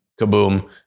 kaboom